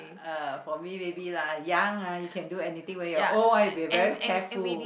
uh for me maybe lah young ah you can do anything when you old ah you will be very careful